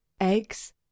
eggs